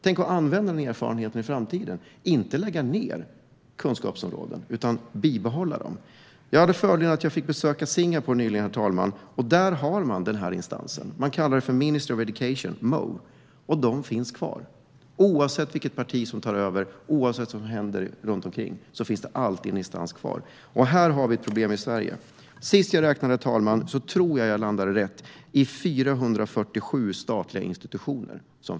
Tänk att använda den erfarenheten i framtiden - inte lägga ned kunskapsområden utan bibehålla dem! Herr talman! Jag hade förmånen att få besöka Singapore nyligen, och där har man den här instansen. Man kallar det för Ministry of Education, MOE, och den finns kvar. Oavsett vilket parti som tar över, oavsett vad som händer runt omkring finns den här instansen kvar. Här har vi ett problem i Sverige. Sist jag räknade, herr talman, tror jag att jag landade i 447 statliga institutioner.